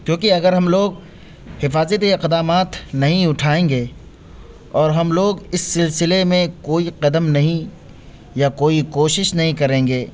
کیوںکہ اگر ہم لوگ حفاظتی اقدامات نہیں اٹھائیں گے اور ہم لوگ اس سلسلے میں کوئی قدم نہیں یا کوئی کوشش نہیں کریں گے